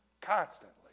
constantly